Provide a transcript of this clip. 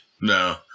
No